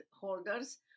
holders